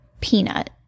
peanut